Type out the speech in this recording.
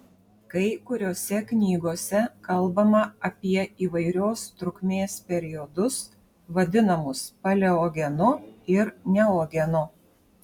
kai kuriose knygose kalbama apie įvairios trukmės periodus vadinamus paleogenu ir neogenu